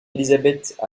élisabeth